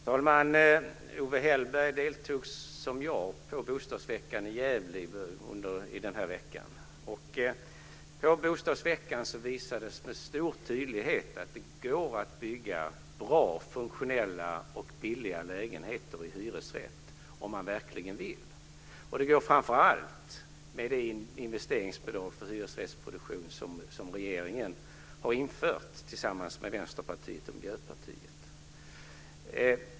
Fru talman! Owe Hellberg deltog liksom jag i Bostadsveckan i Gävle den här veckan. På Bostadsveckan visades med stor tydlighet att det går att bygga bra, funktionella och billiga lägenheter i hyresrätt om man verkligen vill. Det går framför allt med det investeringsbidrag för hyresrättsproduktion som regeringen har infört tillsammans med Vänsterpartiet och Miljöpartiet.